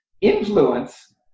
influence